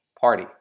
party